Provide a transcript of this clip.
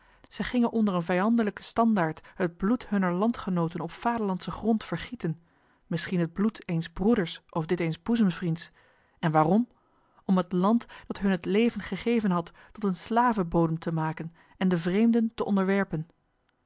zij gingen onder een vijandlijke standaard het bloed hunner landgenoten op vaderlandse grond vergieten misschien het bloed eens broeders of dit eens boezemvriends en waarom om het land dat hun het leven gegeven had tot een slavenbodem te maken en de vreemden te onderwerpen